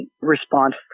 response